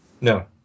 No